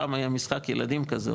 פעם היה משחק ילדים כזה,